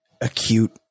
acute